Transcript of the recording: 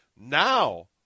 now